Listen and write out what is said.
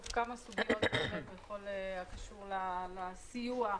כמה סוגיות בכל הקשור לסיוע.